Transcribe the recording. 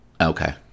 Okay